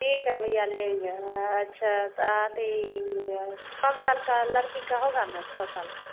ठीक है भैया लेंगे अच्छा तो आते ही या पाँच साल का लड़की का होगा न छः साल का